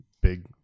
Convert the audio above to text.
big